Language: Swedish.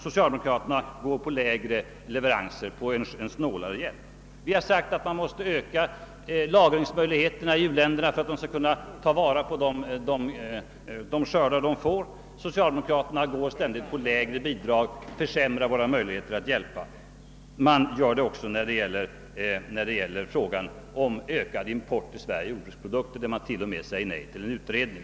Socialdemokraterna går in för en snålare hjälp också på det området. Vi har framhållit att man måste öka lagringsmöjligheterna i u-länderna för att de skall kunna ta vara på de skördar de får. Socialdemokraternas lägre bidrag försämrar våra möjligheter att hjälpa. Det gör man också i frågan om ökad import till Sverige av jordbruksprodukter. Där säger man t.o.m. nej till en utredning.